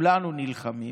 כולנו נלחמים.